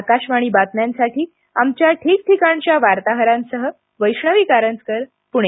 आकाशवाणी बातम्यांसाठी आमच्या ठीक ठिकाणच्या वार्ताहरांसह वैष्णवी कारंजकर पुणे